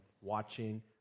watching